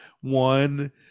one